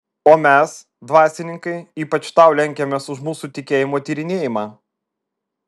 o mes dvasininkai ypač tau lenkiamės už mūsų tikėjimo tyrinėjimą